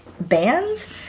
bands